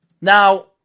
Now